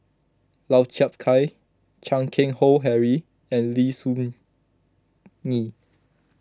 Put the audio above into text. Lau Chiap Khai Chan Keng Howe Harry and Lim Soo Ngee